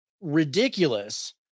Ridiculous